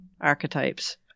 Archetypes